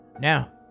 Now